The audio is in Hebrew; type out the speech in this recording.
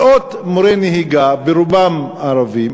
מאות מורי נהיגה, ברובם ערבים,